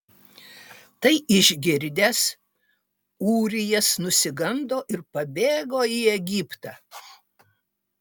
tai išgirdęs ūrijas nusigando ir pabėgo į egiptą